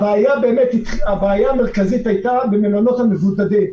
הבעיה המרכזית הייתה במלונות המבודדים,